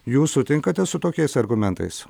jūs sutinkate su tokiais argumentais